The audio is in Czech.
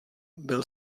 byl